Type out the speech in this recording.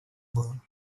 было